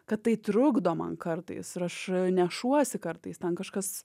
kad tai trukdo man kartais ir aš nešuosi kartais ten kažkas